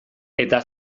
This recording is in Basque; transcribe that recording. eta